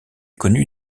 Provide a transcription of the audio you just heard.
connu